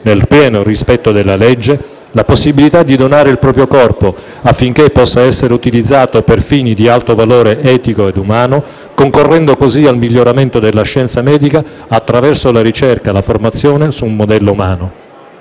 nel pieno rispetto della legge, la possibilità di donare il proprio corpo affinché possa essere utilizzato per fini di alto valore etico ed umano, concorrendo così al miglioramento della scienza medica attraverso la ricerca e la formazione su un modello umano.